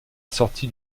assorti